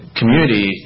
community